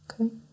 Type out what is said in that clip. okay